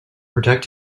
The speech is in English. protect